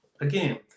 again